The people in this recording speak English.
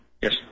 Yes